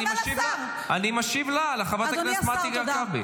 אני משיב לה, לחברת הכנסת מטי צרפתי.